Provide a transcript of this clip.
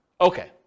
Okay